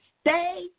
Stay